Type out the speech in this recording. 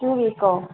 two വീക്കോ